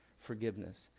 forgiveness